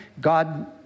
God